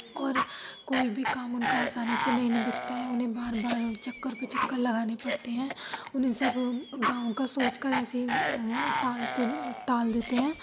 اور کوئی بھی کام ان کا آسانی سے نہیں نبٹتا ہے انہیں بار بار چکر پہ چکر لگانے پڑتے ہیں انہیں سب گاؤں کا سوچ کر ایسے ہی ٹالتے ٹال دیتے ہیں